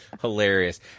hilarious